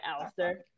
Alistair